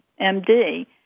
MD